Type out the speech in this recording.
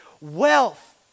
wealth